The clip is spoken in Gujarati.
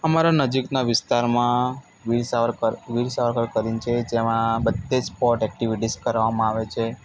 અમારા નજીકના વિસ્તારમાં વીર સાવરકર વીર સાવરકર કરીને છે એમાં બધી જ સ્પોટ એક્ટિવિટીઝ કરાવવામાં આવે છે